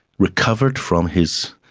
recovered from his,